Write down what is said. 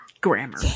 grammar